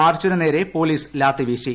മാർച്ചിന് നേരെ പോലീസ് ലാത്തി വീശി